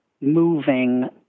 moving